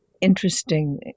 interesting